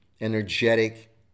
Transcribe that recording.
energetic